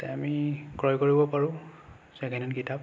তাতে আমি ক্ৰয় কৰিব পাৰোঁ ছেকেণ্ড হেণ্ড কিতাপ